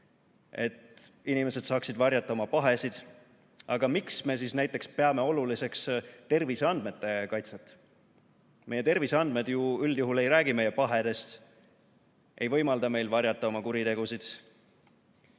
et inimesed saaksid varjata oma pahesid? Aga miks me siis näiteks peame oluliseks terviseandmete kaitset? Meie terviseandmed ju üldjuhul ei räägi meie pahedest ega võimalda meil varjata oma kuritegusid.